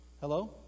Hello